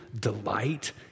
delight